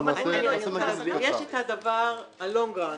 אני רוצה להסביר: יש את הדבר ה"לונג ראן",